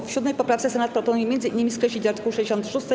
W 7. poprawce Senat proponuje m.in. skreślić art. 66.